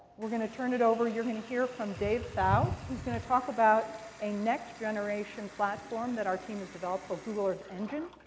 we're going to turn it over. you're going to hear from dave thau, who is going to talk about a next-generation platform that our team has developed called google earth engine,